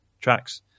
tracks